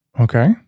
Okay